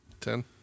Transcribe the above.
Ten